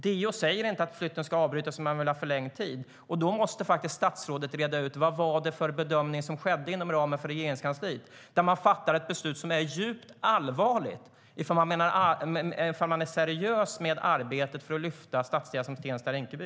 DO säger inte att flytten ska avbrytas, utan man vill ha förlängd tid. Statsrådet måste reda ut vilken bedömning som gjordes på Regeringskansliet. Där fattades ett beslut som är djupt allvarligt ifall man är seriös med att lyfta stadsdelar som Tensta-Rinkeby.